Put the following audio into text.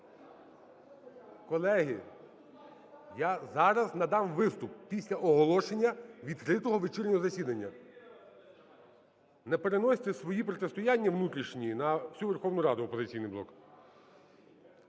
Колеги, я зараз надам виступ, після оголошення відкритого вечірнього засідання. Не переносьте свої протистояння внутрішні на всю Верховну Раду, "Опозиційний блок".